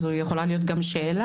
זו יכולה להיות גם שאלה,